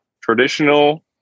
traditional